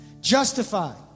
Justified